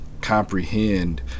comprehend